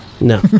No